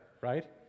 right